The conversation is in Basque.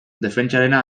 defentsarena